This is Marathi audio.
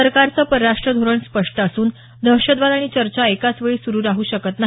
सरकारचं परराष्ट्र धोरण स्पष्ट असून दहशतवाद आणि चर्चा एकाच वेळी सुरु राहू शकत नाही